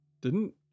Didn't-